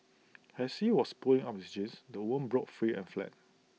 as he was pulling up his jeans the woman broke free and fled